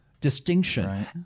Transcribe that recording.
distinction